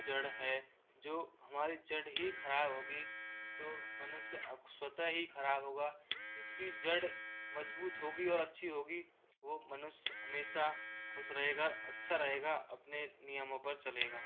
जड़ है जो हमारी जड़ ही खराब होगी तो मनुष्य स्वतः ही खराब होगा इसकी जड़ मजबूत होगी और अच्छी होगी वह मनुष्य हमेशा खुश रहेगा अच्छा रहेगा अपने नियमों पर चलेगा